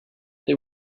they